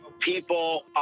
people